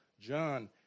John